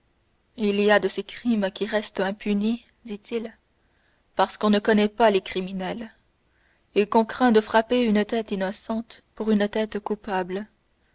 il y a des crimes qui restent impunis dit-il parce qu'on ne connaît pas les criminels et qu'on craint de frapper une tête innocente pour une tête coupable